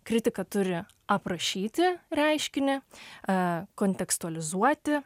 kritika turi aprašyti reiškinį a kontekstualizuoti